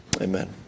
amen